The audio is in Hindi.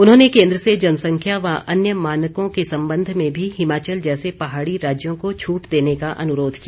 उन्होंने केंद्र से जनसंख्या व अन्य मानकों के संबंध में भी हिमाचल जैसे पहाड़ी राज्यों को छूट देने का अनुरोध किया